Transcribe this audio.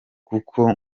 kuko